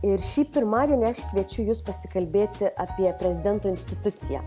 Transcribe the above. ir šį pirmadienį aš kviečiu jus pasikalbėti apie prezidento instituciją